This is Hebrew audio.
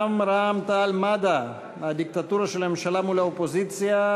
מטעם רע"ם-תע"ל-מד"ע: הדיקטטורה של הממשלה מול האופוזיציה.